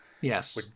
Yes